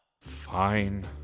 Fine